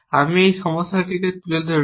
আমি এই সমস্যাটি তুলে ধরেছি